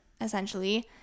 essentially